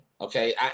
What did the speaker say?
okay